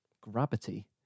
Gravity